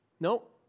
Nope